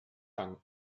danken